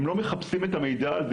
הם לא מחפשים את המידע הזה,